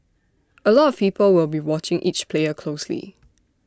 A lot of people will be watching each player closely